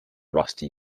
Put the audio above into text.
rusty